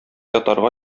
ятарга